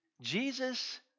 Jesus